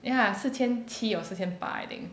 ya 四千七 or 四千八 I think